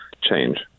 change